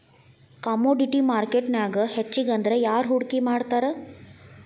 Commodity ಮಾರ್ಕೆಟ್ನ್ಯಾಗ್ ಹೆಚ್ಗಿಅಂದ್ರ ಯಾರ್ ಹೂಡ್ಕಿ ಮಾಡ್ತಾರ?